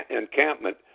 encampment